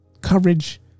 coverage